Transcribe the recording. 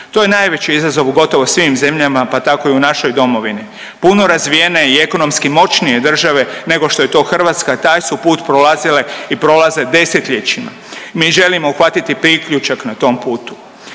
To je najveći izazov u gotovo svim zemljama, pa tako i u našoj domovini. Puno razvijenije i ekonomski moćnije nego što je to Hrvatska taj su put prolazile i prolaze desetljećima. Mi želimo uhvatiti priključak na tom putu.